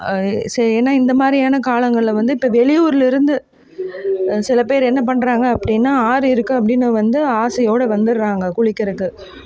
சே ஏன்னா இந்தமாதிரியான காலங்களில் வந்து இப்போ வெளியூர்லேருந்து சிலபேர் என்ன பண்ணுறாங்க அப்படின்னா ஆறு இருக்குது அப்படின்னு வந்து ஆசையோட வந்துடுறாங்க குளிக்கறதுக்கு